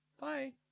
Bye